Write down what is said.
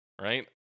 right